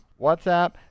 WhatsApp